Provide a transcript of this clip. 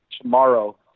tomorrow